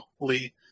Lee